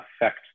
affect